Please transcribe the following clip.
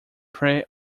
pre